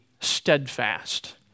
steadfast